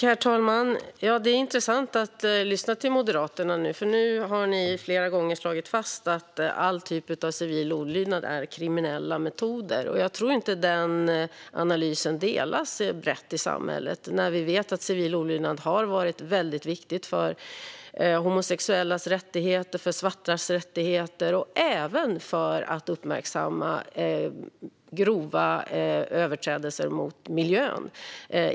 Herr talman! Det är intressant att lyssna till Moderaterna, för nu har ni flera gånger slagit fast att alla typer av civil olydnad är kriminella metoder. Jag tror inte att den analysen delas brett i samhället när vi vet att civil olydnad har varit väldigt viktigt för homosexuellas rättigheter, för svartas rättigheter och även för att uppmärksamma grova överträdelser mot miljön.